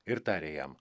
ir tarė jam